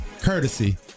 courtesy